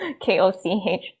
K-O-C-H